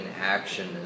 action